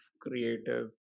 creative